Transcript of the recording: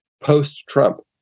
post-Trump